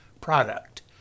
product